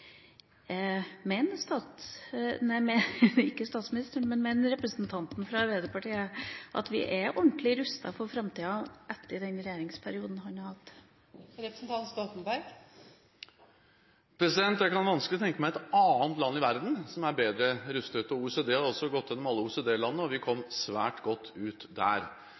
Mener representanten fra Arbeiderpartiet at vi er ordentlig rustet for framtida etter den regjeringsperioden han har hatt makt? Jeg kan vanskelig tenke meg et annet land i verden som er bedre rustet. OECD har gått gjennom alle OECD-landene, og vi kom svært godt ut der.